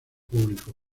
público